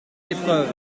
l’épreuve